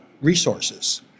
resources